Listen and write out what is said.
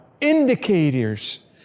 indicators